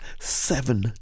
seven